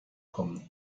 kommen